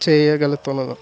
చేయగలుగుతున్నాను